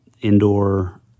indoor